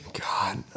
God